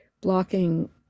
blocking